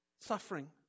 suffering